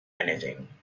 anything